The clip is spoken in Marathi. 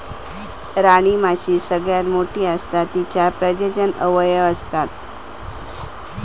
राणीमाशी सगळ्यात मोठी असता तिच्यात प्रजनन अवयव असता